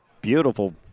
Beautiful